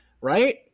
Right